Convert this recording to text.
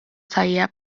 tajjeb